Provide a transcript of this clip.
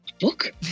book